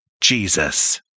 Jesus